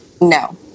No